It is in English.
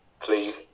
please